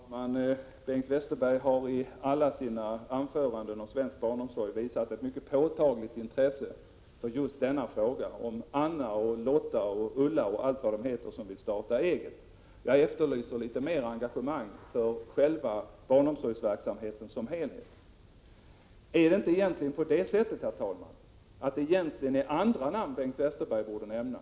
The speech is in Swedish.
Herr talman! Bengt Westerberg har i alla sina anföranden om svensk barnomsorg visat ett mycket påtagligt intresse för just denna fråga — om Anna, Lotta, Ulla och allt vad de heter, som vill starta eget. Jag efterlyser litet mera engagemang för själva barnomsorgsverksamheten som helhet. Ar det inte, herr talman, egentligen andra namn som Bengt Westerberg borde nämna?